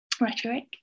rhetoric